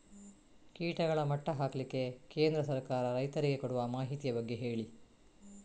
ಕೀಟಗಳ ಮಟ್ಟ ಹಾಕ್ಲಿಕ್ಕೆ ಕೇಂದ್ರ ಸರ್ಕಾರ ರೈತರಿಗೆ ಕೊಡುವ ಮಾಹಿತಿಯ ಬಗ್ಗೆ ಹೇಳಿ